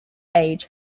age